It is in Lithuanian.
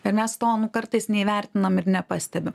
ir mes to kartais neįvertinam ir nepastebim